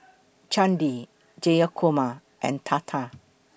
Chandi Jayakumar and Tata